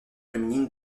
féminines